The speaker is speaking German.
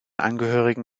angehörigen